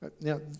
Now